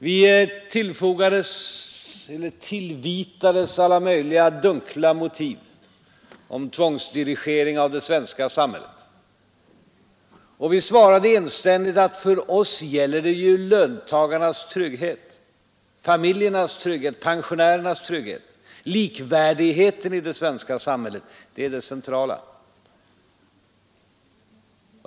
Vi tillvitades alla möjliga dunkla motiv som gällde tvångsdirigering av det svenska samhället, och vi svarade enständigt att för oss gäller det ju löntagarnas trygghet, familjernas trygghet, pensionärernas trygghet, likvärdigheten i det svenska samhället — det är det centrala.